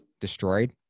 destroyed